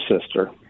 sister